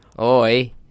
oi